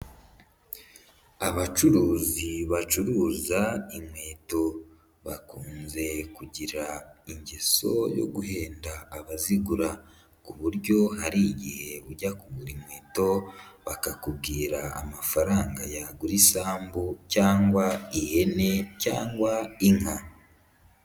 Abacuruzi bacuruza inkweto bakunze kugira ingeso yo guhenda abazigura ku buryo hari igihe ujya kugura inkweto, bakakubwira amafaranga yagura isambu cyangwa ihene cyangwa inka.